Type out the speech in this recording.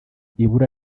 ibura